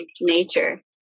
nature